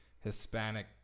Hispanic